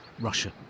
Russia